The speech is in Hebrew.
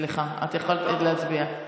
סליחה, את יכולת להצביע.